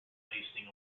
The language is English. wasting